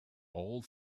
all